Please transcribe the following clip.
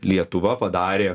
lietuva padarė